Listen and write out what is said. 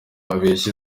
abeshya